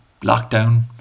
lockdown